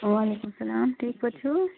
وعلیکُم سلام ٹھیٖک پٲٹھۍ چھِو